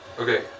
Okay